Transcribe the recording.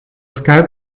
skype